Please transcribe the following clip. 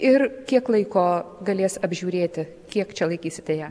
ir kiek laiko galės apžiūrėti kiek čia laikysite ją